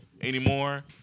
anymore